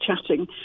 chatting